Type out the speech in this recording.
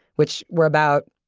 which were about,